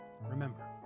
Remember